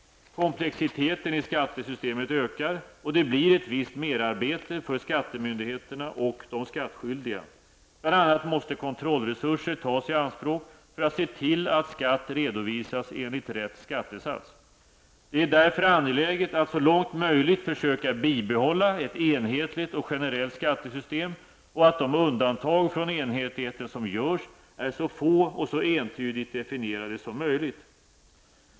Komplexiteten i skattesystemet ökar och det blir ett visst merarbete för skattemyndigheterna och de skattskyldiga. Bl.a. måste kontrollresurser tas i anspråk för att se till att skatt redovisas enligt rätt skattesats. Det är därför angeläget att så långt möjligt försöka bibehålla ett enhetligt och generellt skattesystem och se till att de undantag från enhetligheten som görs är så få och så entydigt definierade som möjligt.